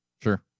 Sure